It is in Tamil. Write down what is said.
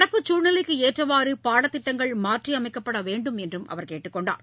நடப்பு சூழ்நிலைக்கு ஏற்றவாறு பாடத்திட்டங்கள் மாற்றி அமைக்கப்பட வேண்டும் என்றும் அவர் கேட்டுக்கொண்டார்